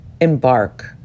embark